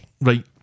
right